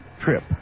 trip